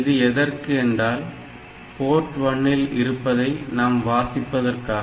இது எதற்கு என்றால் port1 ல் இருப்பதை நாம் வாசிப்பதற்காக